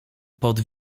pod